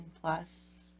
plus